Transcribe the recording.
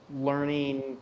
learning